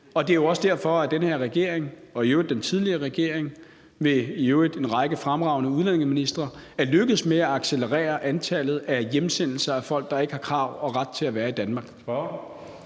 Det er jo også derfor, at den her regering og i øvrigt den tidligere regering med i øvrigt en række fremragende udlændingeministre er lykkedes med at accelerere antallet af hjemsendelser af folk, der ikke har krav på og ret til at være i Danmark.